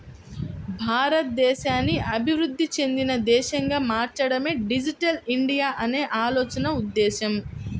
భారతదేశాన్ని అభివృద్ధి చెందిన దేశంగా మార్చడమే డిజిటల్ ఇండియా అనే ఆలోచన ఉద్దేశ్యం